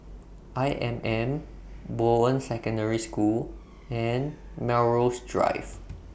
I M M Bowen Secondary School and Melrose Drive